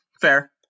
Fair